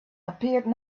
appeared